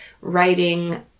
writing